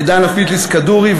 לדנה פיטליס-כדורי.